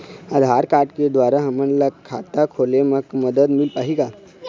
आधार card के द्वारा हमन ला खाता खोले म मदद मिल पाही का?